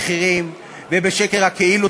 הרי יהיו חברות שייתנו עכשיו את המאגרים הקטנים,